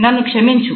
నన్ను క్షమించు